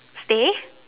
stay